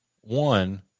one